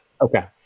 Okay